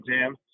exam